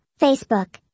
Facebook